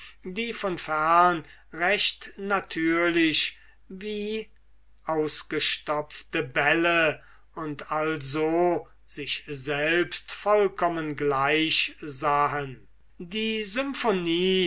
die von ferne recht natürlich wie ausgestopfte ballons und also sich selbst vollkommen gleich sahen die symphonie